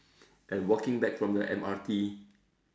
and walking back from the M_R_T